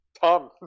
Tom